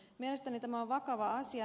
mielestäni tämä on vakava asia